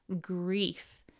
grief